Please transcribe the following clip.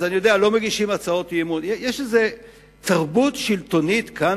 יש איזו תרבות שלטונית כאן,